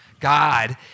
God